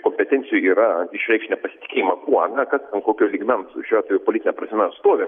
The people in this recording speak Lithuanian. kompetencijoj yra išreikš nepasitikėjimą kuo na kas ant kokio lygmens šiuo atveju politine prasme stovi